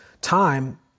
time